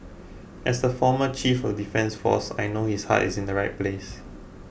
as the former chief of defence force I know his heart is in the right place